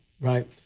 right